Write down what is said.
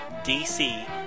DC